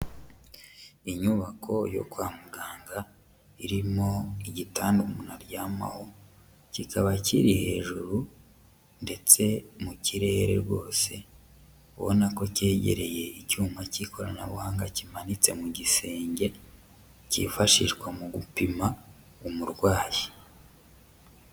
Inyubako yo kwa muganga irimo igitanda naryama kikaba kiri hejuru ndetse mu kirere rwose ubona ko cyegereye icyuma cy'ikoranabuhanga kimanitse mu gisenge cyifashishwa mu gupima umurwayi.